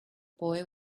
boy